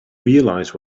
realize